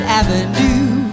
avenue